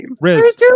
Riz